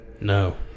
No